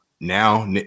Now